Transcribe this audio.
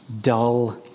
dull